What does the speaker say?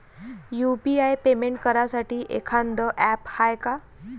UPI payment करासाठी एखांद app हाय का?